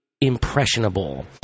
impressionable